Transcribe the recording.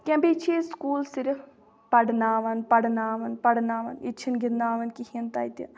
کینٛہہ بیٚیہِ چھِ ییٚتہِ سکوٗل صرف پَرناوَان پَرناوَان پَرناوَان ییٚتہِ چھِنہٕ گِنٛدناوَان کِہیٖنۍ تَتہِ